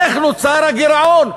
איך נוצר הגירעון,